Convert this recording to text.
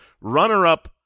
Runner-up